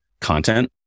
content